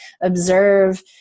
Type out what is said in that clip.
Observe